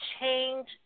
change